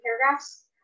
paragraphs